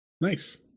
Nice